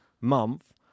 month